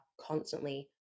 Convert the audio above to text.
constantly